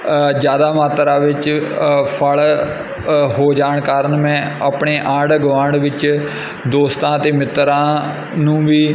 ਜ਼ਿਆਦਾ ਮਾਤਰਾ ਵਿੱਚ ਫ਼ਲ ਹੋ ਜਾਣ ਕਾਰਨ ਮੈਂ ਆਪਣੇ ਆਂਢ ਗੁਆਂਢ ਵਿੱਚ ਦੋਸਤਾਂ ਅਤੇ ਮਿੱਤਰਾਂ ਨੂੰ ਵੀ